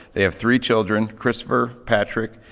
they have three children christopher, patrick,